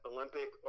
Olympic